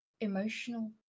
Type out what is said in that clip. emotional